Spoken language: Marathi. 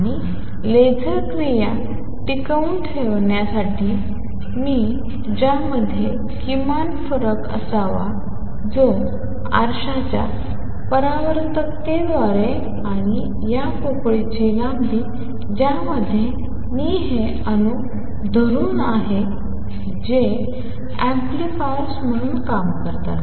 आणि लेसर क्रिया टिकवून ठेवण्यासाठी मी त्यांच्यामध्ये किमान फरक असावा जो आरशाच्या परावर्तकतेद्वारे आणि या पोकळीची लांबी ज्यामध्ये मी हे अणू धरून आहे आणि जे एम्पलीफायर्स म्हणून काम करतात